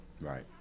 Right